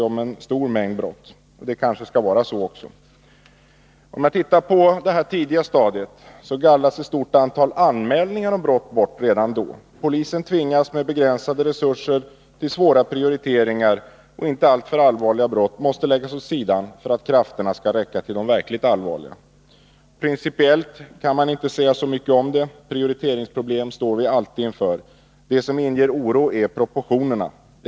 Det rör sig dock om en stor mängd brott. Redan på ett tidigt stadium gallras ett stort antal anmälningar om brott bort. Polisen tvingas, med begränsade resurser, till svåra prioriteringar, och icke alltför allvarliga brott måste läggas åt sidan för att krafterna skall räcka till de verkligt allvarliga. Principiellt är det inte mycket att säga om det. Prioriteringsproblem står vi alltid inför. Det som inger oro är proportionerna.